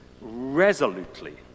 resolutely